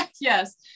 Yes